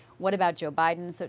what about joe biden? so